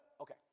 Okay